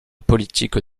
politique